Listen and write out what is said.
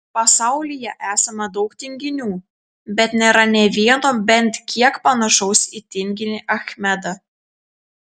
pasaulyje esama daug tinginių bet nėra nė vieno bent kiek panašaus į tinginį achmedą